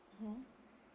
mmhmm